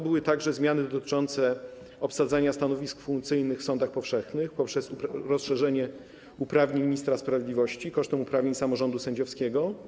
Były także zmiany dotyczące obsadzania stanowisk funkcyjnych w sądach powszechnych poprzez rozszerzenie uprawnień ministra sprawiedliwości kosztem uprawnień samorządu sędziowskiego.